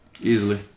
easily